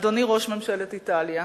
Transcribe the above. אדוני ראש ממשלת איטליה,